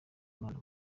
imana